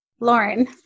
Lauren